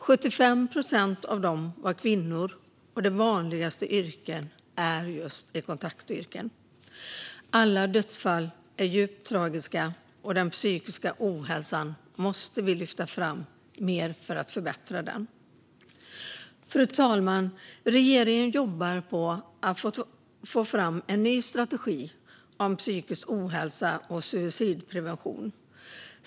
75 procent av dem var kvinnor, och det vanligaste yrket bland dem var kontaktyrken. Alla dödsfall är djupt tragiska, och vi måste lyfta fram den psykiska ohälsan mer för att förbättra den. Fru talman! Regeringen jobbar på att få fram en ny strategi om psykisk ohälsa och suicidprevention.